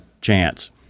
chance